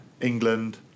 England